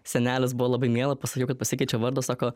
senelis buvo labai miela pasakiau kad pasikeičiau vardą sako